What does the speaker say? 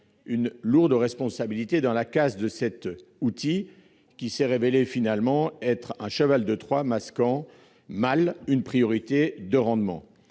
une lourde responsabilité dans la casse de cet outil, qui s'est révélé être un cheval de Troie masquant, d'ailleurs mal, une priorité de rendement.